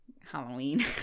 Halloween